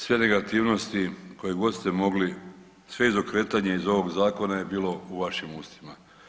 Sve negativnosti koje god ste mogli, sve izokretanje iz ovog zakona je bilo u vašim ustima.